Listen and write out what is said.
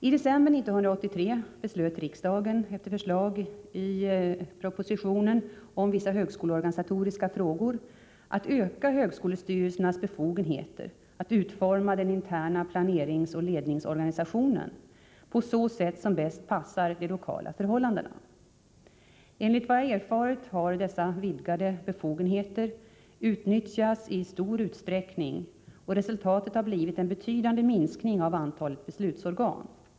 I december 1983 beslöt riksdagen, efter förslag i proposition 1983/84:52 om vissa högskoleorganisatoriska frågor, att öka högskolestyrelsernas befogenheter att utforma den interna planeringsoch ledningsorganisationen på det sätt som bäst passar de lokala förhållandena. Enligt vad jag erfarit har dessa vidgade befogenheter utnyttjats i stor utsträckning, och resultatet har blivit en betydande minskning av antalet beslutsorgan.